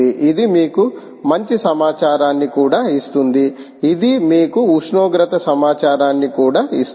ఇది మీకు మంచి సమాచారాన్ని కూడా ఇస్తుంది ఇది మీకు ఉష్ణోగ్రత సమాచారాన్ని కూడా ఇస్తుంది